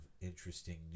interesting